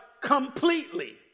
completely